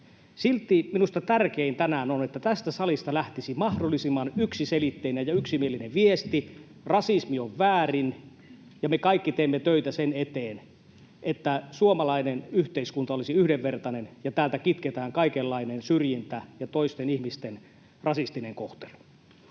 Silti minusta tärkeintä tänään on, että tästä salista lähtisi mahdollisimman yksiselitteinen ja yksimielinen viesti: rasismi on väärin, ja me kaikki teemme töitä sen eteen, että suomalainen yhteiskunta olisi yhdenvertainen ja täältä kitketään kaikenlainen syrjintä ja toisten ihmisten rasistinen kohtelu.